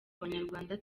abanyarwanda